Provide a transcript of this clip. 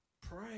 Pray